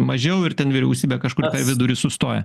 mažiau ir ten vyriausybė kažkur į vidurį sustoja